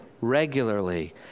regularly